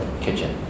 kitchen